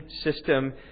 system